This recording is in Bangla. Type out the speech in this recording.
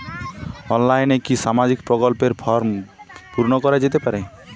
অনলাইনে কি সামাজিক প্রকল্পর ফর্ম পূর্ন করা যেতে পারে?